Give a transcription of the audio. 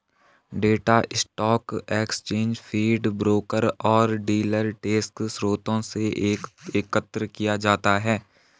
data stock exchange feed, broker और dealer desk स्रोतों से एकत्र किया जाता है